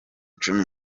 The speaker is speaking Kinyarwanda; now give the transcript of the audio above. cumi